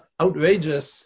outrageous